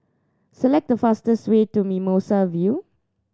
select the fastest way to Mimosa View